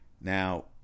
Now